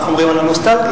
כך אומרים על הנוסטלגיה,